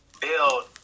build